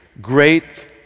great